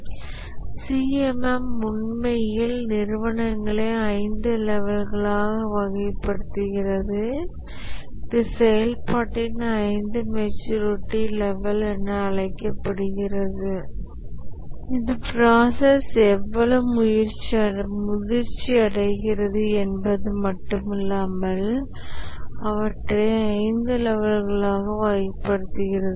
CMM உண்மையில் நிறுவனங்களை ஐந்து லெவல்களாக வகைப்படுத்துகிறது இது செயல்பாட்டின் ஐந்து மெச்சூரிட்டி லெவல் என அழைக்கப்படுகிறது இது ப்ராசஸ் எவ்வளவு முதிர்ச்சியடைகிறது என்பது மட்டுமல்லாமல் அவற்றை ஐந்து லெவல்களாக வகைப்படுத்துகிறது